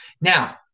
Now